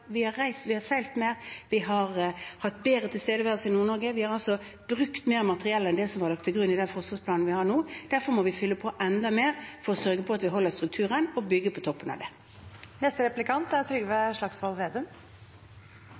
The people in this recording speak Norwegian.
Vi har seilt mer, og vi har hatt bedre tilstedeværelse i Nord-Norge. Vi har brukt mer materiell enn det som var lagt til grunn i den forsvarsplanen vi har nå. Derfor må vi fylle på enda mer for å sørge for at vi holder strukturen, og bygge på toppen av det.